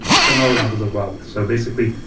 similar levels of wealth so basically,